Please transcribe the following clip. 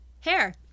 hair